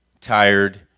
tired